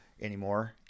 anymore